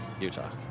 Utah